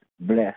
Bless